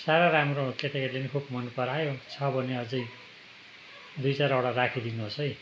साह्रो राम्रो केटाकेटीले खुब मनपरायो छ भने अझै दुई चारवटा राखिदिनु होस् है